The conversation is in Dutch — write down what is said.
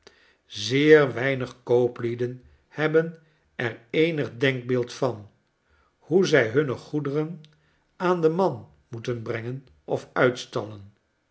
zeer weinig kooplieden hebben er eenig denkbeeld van hoe zij hunne goederen aan den man moeten brengen of uitstallen